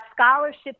scholarships